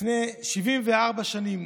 לפני 74 שנים